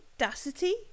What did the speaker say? Audacity